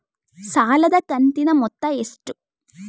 ಸಾಲದ ಕಂತಿನ ಮೊತ್ತ ಎಷ್ಟು?